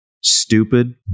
stupid